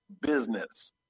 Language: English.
business